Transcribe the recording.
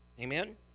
Amen